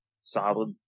solid